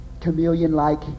Chameleon-like